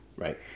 Right